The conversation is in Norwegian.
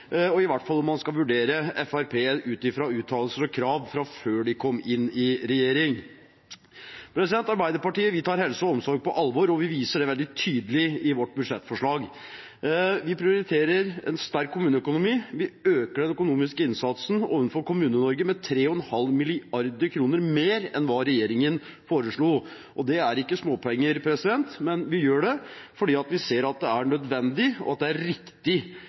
eldreombud, i hvert fall om man skal vurdere Fremskrittspartiet ut fra uttalelser og krav fra før de kom inn i regjering. Arbeiderpartiet tar helse og omsorg på alvor. Vi viser det veldig tydelig i vårt budsjettforslag. Vi prioriterer en sterk kommuneøkonomi. Vi øker den økonomiske innsatsen overfor Kommune-Norge med 3,5 mrd. kr mer enn hva regjeringen foreslo. Det er ikke småpenger, men vi gjør det fordi vi ser at det er nødvendig, og at det er riktig